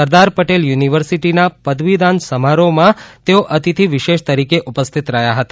સરદાર પટેલ યુનિવર્સિટીના પદવીધાન સમારોહમાં તેઓ અતિથી વિશેષ તરીકે ઉપસ્થિત રહ્યા હતા